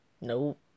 Nope